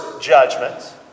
judgment